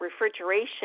refrigeration